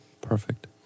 Perfect